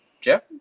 Jeff